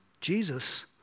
Jesus